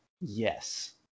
yes